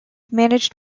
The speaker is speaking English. managed